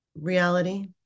reality